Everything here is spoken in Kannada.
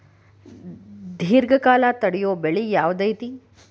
ದೇರ್ಘಕಾಲ ತಡಿಯೋ ಬೆಳೆ ಯಾವ್ದು ಐತಿ?